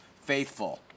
faithful